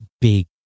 big